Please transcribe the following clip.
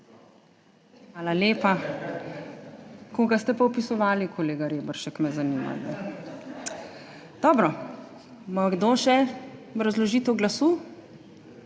Hvala lepa. Koga ste pa opisovali, kolega Reberšek? To me zanima. Dobro, ima kdo še obrazložitev glasu?